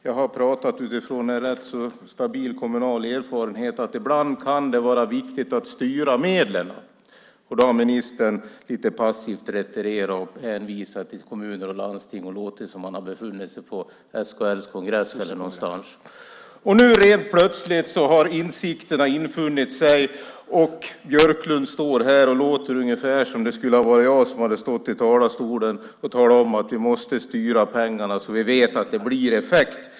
Jag har pratat utifrån en rätt så stabil kommunal erfarenhet och sagt att det ibland kan vara viktigt att styra medlen. Då har ministern lite passivt retirerat och hänvisat till kommuner och landsting och låtit som om han har befunnit sig på SKL:s kongress. Nu har insikterna plötsligt infunnit sig och Björklund låter ungefär som om det var jag som stod i talarstolen och talade om att vi måste styra pengarna så att vi vet att det blir effekt.